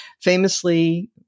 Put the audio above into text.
Famously